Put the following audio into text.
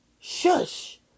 shush